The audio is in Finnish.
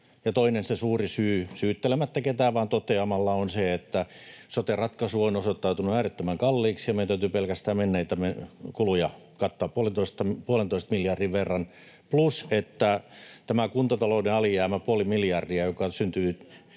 Toinen suuri syy — syyttelemättä ketään vaan toteamalla — on se, että sote-ratkaisu on osoittautunut äärettömän kalliiksi ja meidän täytyy pelkästään menneitä kuluja kattaa puolentoista miljardin verran. [Annika Saarikon välihuuto] Plus tämä kuntatalouden alijäämä, puoli miljardia, joka on